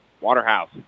Waterhouse